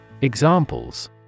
Examples